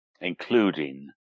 including